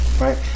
right